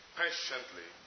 patiently